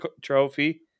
trophy